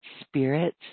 spirit